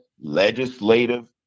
legislative